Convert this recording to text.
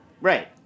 Right